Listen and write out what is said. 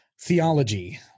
theology